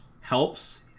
helps